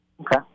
Okay